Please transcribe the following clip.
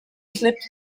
slipped